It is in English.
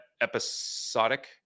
episodic